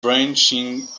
branching